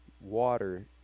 water